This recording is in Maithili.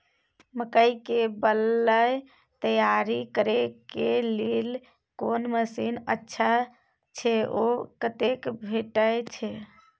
मकई के बाईल तैयारी करे के लेल कोन मसीन अच्छा छै ओ कतय भेटय छै